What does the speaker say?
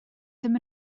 ddim